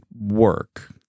work